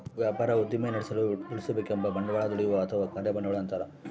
ವ್ಯಾಪಾರ ಉದ್ದಿಮೆ ನಡೆಸಲು ದುಡಿಸಿಕೆಂಬ ಬಂಡವಾಳ ದುಡಿಯುವ ಅಥವಾ ಕಾರ್ಯ ಬಂಡವಾಳ ಅಂತಾರ